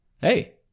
hey